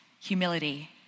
humility